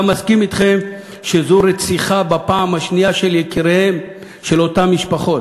הוא גם מסכים אתכם שזו רציחה בפעם השנייה של יקיריהן של אותן משפחות.